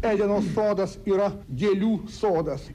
edeno sodas yra gėlių sodas